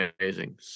amazing